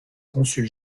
consul